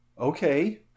okay